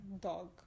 dog